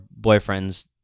boyfriends